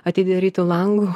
atidarytu langu